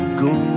go